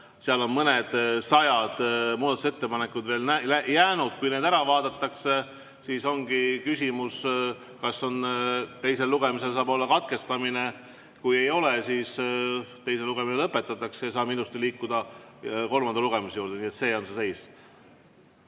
Seal on mõned sajad muudatusettepanekud veel jäänud. Kui need ära vaadatakse, siis ongi küsimus, kas teisel lugemisel saab olla katkestamine. Kui ei ole, siis teine lugemine lõpetatakse ja saame ilusti liikuda kolmanda lugemise juurde. See on see seis.